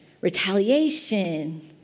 retaliation